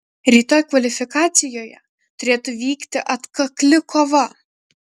rytoj kvalifikacijoje turėtų vykti atkakli kova